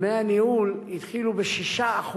דמי הניהול התחילו ב-6%.